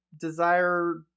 desire